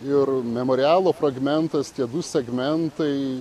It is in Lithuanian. ir memorialo fragmentas tie du segmentai